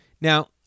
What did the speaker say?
now